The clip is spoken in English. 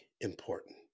important